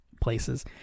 places